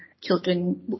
children